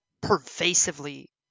pervasively